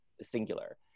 singular